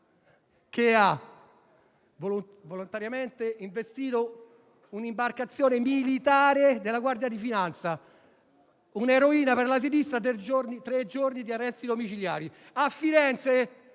che ha volontariamente investito un'imbarcazione militare della Guardia di finanza, un'eroina per la sinistra che è stata tre giorni agli arresti domiciliari. A Firenze